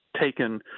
taken